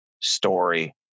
story